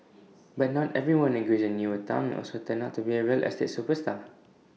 but not everyone agrees the newer Town will also turn out to be A real estate superstar